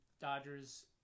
Dodgers